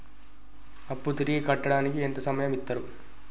అప్పు తిరిగి కట్టడానికి ఎంత సమయం ఇత్తరు?